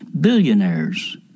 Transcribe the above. billionaires